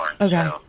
Okay